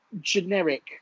generic